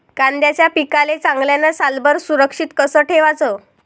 कांद्याच्या पिकाले चांगल्यानं सालभर सुरक्षित कस ठेवाचं?